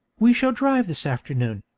we shall drive this afternoon,